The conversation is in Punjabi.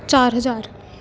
ਚਾਰ ਹਜ਼ਾਰ